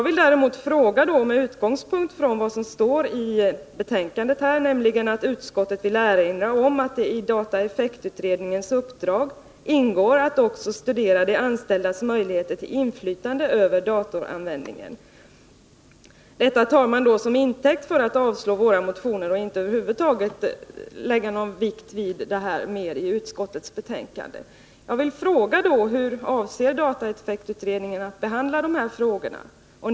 I utskottsbetänkandet står: ”Utskottet vill erinra om att det i dataeffektutredningens uppdrag ingår att också studera de anställdas möjligheter till inflytande över datoranvändningen.” Utskottet tar detta till intäkt för att avstyrka våra motioner och för att inte lägga någon vikt över huvud taget vid dessa frågor i betänkandet. Jag vill mot den bakgrunden fråga hur dataeffektutredningen avser att behandla de här frågorna.